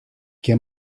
και